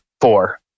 four